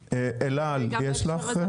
אל-על יש לך?